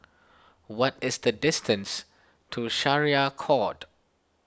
what is the distance to Syariah Court